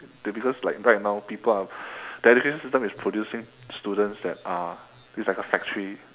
that because like right now people are that education system is producing students that are it's like factory